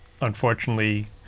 unfortunately